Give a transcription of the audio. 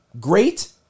great